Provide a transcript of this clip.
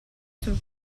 sul